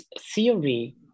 theory